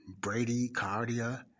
bradycardia